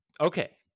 okay